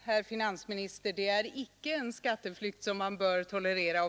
Herr talman! Nej, det är icke en skatteflykt som man bör tolerera.